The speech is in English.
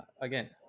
again